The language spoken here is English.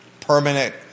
permanent